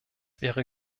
wäre